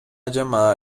llamada